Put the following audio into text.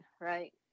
right